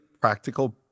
practical